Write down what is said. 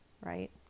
Right